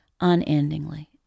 unendingly